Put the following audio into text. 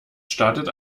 startet